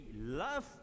love